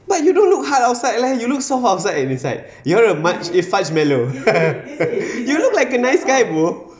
but you don't look hard outside leh you look soft outside and inside you are marsh~ eh fudgemallow you look like a nice guy bro